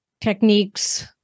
techniques